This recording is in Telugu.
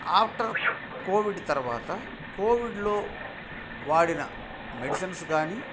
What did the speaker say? ఆఫ్టర్ కోవిడ్ తర్వాత కోవిడ్లో వాడిన మెడిసిన్స్ కానీ